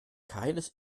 keines